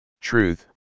Truth